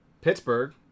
Pittsburgh